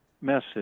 message